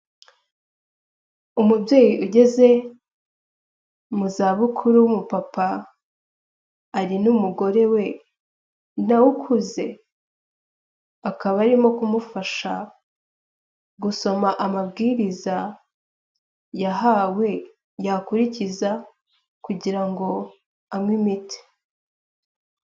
Umubyeyi ugeze mu zabukuru w'umupapa, ari n'umugore we na we ukuze, akaba arimo kumufasha gusoma amabwiriza yahawe, yakurikiza kugira ngo anywe imiti.